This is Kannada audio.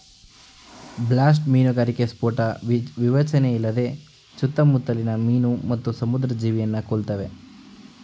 ಬ್ಲಾಸ್ಟ್ ಮೀನುಗಾರಿಕೆ ಸ್ಫೋಟ ವಿವೇಚನೆಯಿಲ್ಲದೆ ಸುತ್ತಮುತ್ಲಿನ ಮೀನು ಮತ್ತು ಸಮುದ್ರ ಜೀವಿಯನ್ನು ಕೊಲ್ತವೆ